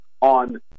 on